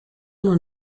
non